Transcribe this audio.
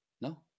no